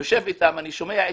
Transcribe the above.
אני יושב אתם ושומע אותם.